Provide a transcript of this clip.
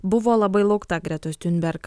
buvo labai laukta gretos tiunberg